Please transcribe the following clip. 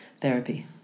therapy